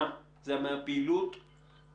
נכון, את צודקת שלעסקים קטנים אין אנשי מקצוע.